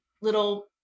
little